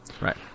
Right